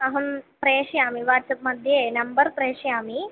अहं प्रेषयामि वाट्सप्मध्ये नम्बर् प्रेषयामि